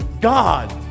God